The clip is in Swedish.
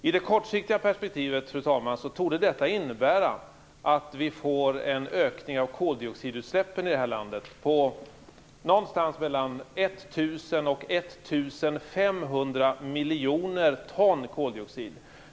I det kortsiktiga perspektivet torde detta innebära att det sker en ökning av koldioxidutsläppen upp till 1 000 och 1 500 miljoner ton koldioxid.